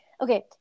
okay